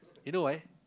you know why